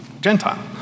Gentile